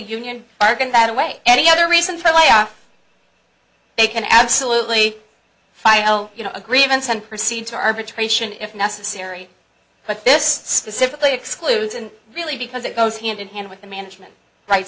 union are going that way any other reason for layoff they can absolutely file you know agreements and proceed to arbitration if necessary but this specifically excludes and really because it goes hand in hand with the management right